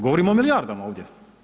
Govorimo o milijardama ovdje.